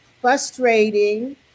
frustrating